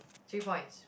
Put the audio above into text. three points